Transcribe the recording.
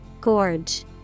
Gorge